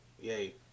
yay